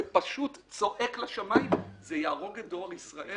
זה פשוט צועק לשמיים ויהרוג את דואר ישראל